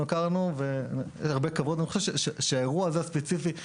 לגבי האירוע הזה באופן ספציפי,